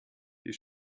die